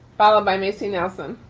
followed by macy nelson.